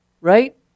Right